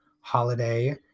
holiday